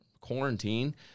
quarantine